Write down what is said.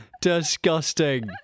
Disgusting